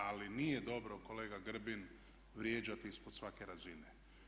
Ali nije dobro kolega Grbin vrijeđati ispod svake razine.